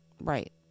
Right